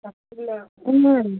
ఉన్నాను